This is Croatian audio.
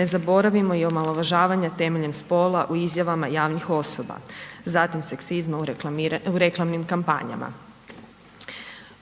Ne zaboravimo i omalovažavanje temeljem spola u izjavama javnih osoba, zatim seksizma u reklamnim kampanjama,